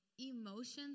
emotions